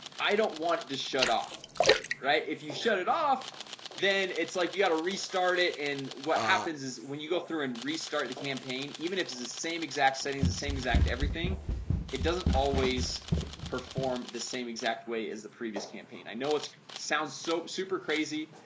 i don't want to shut off right if you shut it off then it's like you got to restart it and what happens is when you go through and restart the campaign, even if it's the same exact settings the same exact everything it doesn't always perform the same exact way as the previous campaign. i know it's sounds so super crazy,